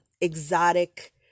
exotic